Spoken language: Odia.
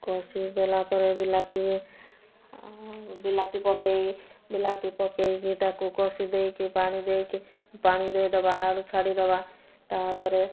କଷି ଦେଲା ପରେ ବିଲାତି ବିଲାତି ପକେଇ ବିଲାତି ପକେଇକି ତାକୁ କଷି ଦେଇକି ପାଣି ଦେଇକି ପାଣି ଦେଇଦବା ଆଳୁ ଛାଡ଼ିଦବା ତା'ପରେ